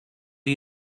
you